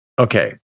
Okay